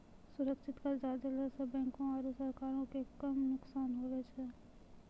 सुरक्षित कर्जा देला सं बैंको आरू सरकारो के कम नुकसान हुवै छै